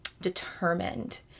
determined